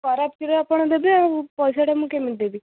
ଖରାପ କ୍ଷୀର ଆପଣ ଦେବେ ଆଉ ପଇସାଟା ମୁଁ କେମିତି ଦେବି